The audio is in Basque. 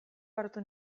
hartu